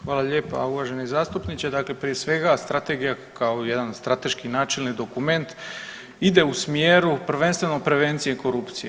Hvala lijepa uvaženi zastupniče, dakle prije svega strategija kao jedan strateški načelni dokument ide u smjeru prvenstveno prevencije korupcije.